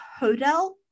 Hodel